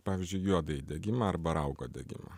pavyzdžiui juodąjį degimą arba raugo degimą